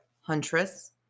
huntress